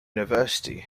university